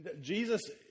Jesus